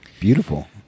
Beautiful